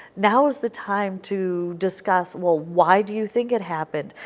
now is the time to discuss, well, why do you think it happened?